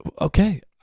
Okay